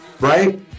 right